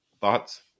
thoughts